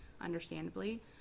understandably